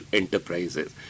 enterprises